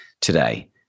today